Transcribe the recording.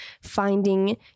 finding